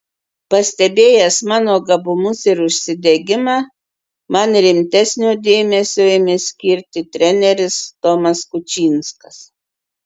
pastebėjęs mano gabumus ir užsidegimą man rimtesnio dėmesio ėmė skirti treneris tomas kučinskas